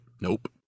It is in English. nope